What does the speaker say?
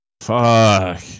Fuck